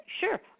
sure